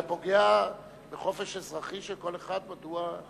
זה פוגע בחופש אזרחי של כל אחד, מדוע?